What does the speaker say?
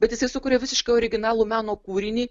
bet jisai sukuria visiškai originalų meno kūrinį